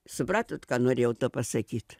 supratot ką norėjau tuo pasakyt